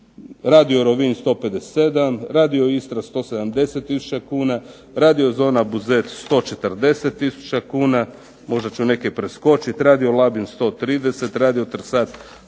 "Radio Rovinj" 157, "Radio Istra" 170 tisuća kuna, "Radio zona Buzet" 140 tisuća kuna, možda ću neke preskočiti. "Radio Labin" 130, "Radio Trsat",